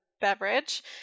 beverage